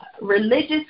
religious